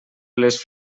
les